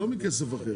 לא מכסף אחר,